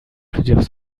plusieurs